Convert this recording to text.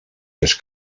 les